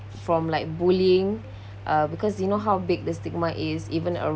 from like bullying uh because you know how big the stigma is even